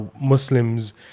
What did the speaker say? Muslims